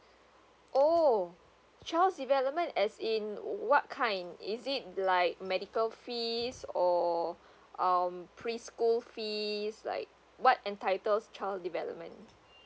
oh child's development as in what kind is it like medical fees or um pre school fees like what entitles child development